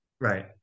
right